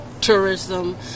tourism